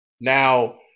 Now